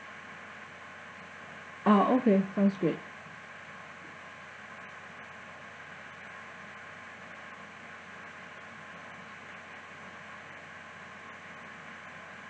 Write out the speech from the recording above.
uh okay sounds great